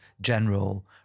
general